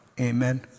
Amen